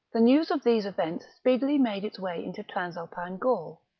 the news of these events speedily made its way into transalpine gaul.